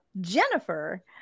jennifer